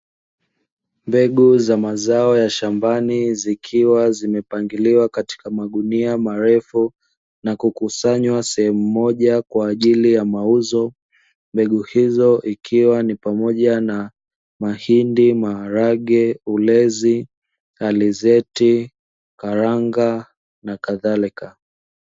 Mbegu za mazao ya shambani zikiwa zimepangiliwa katika magunia marefu, na kukusanywa sehemu moja kwa ajili ya mauzo. Mbegu hizo ikiwa ni pamoja na: mahindi, maharage, ulezi, alizeti, karanga, na kadhalika.